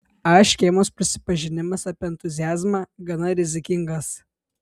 a škėmos prisipažinimas apie entuziazmą gana rizikingas